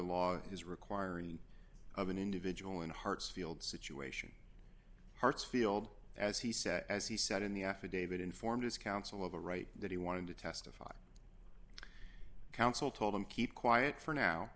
law is requiring of an individual in hartsfield situation hartsfield as he said as he said in the affidavit informed as counsel of the right that he wanted to testify council told them keep quiet for now